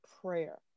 prayer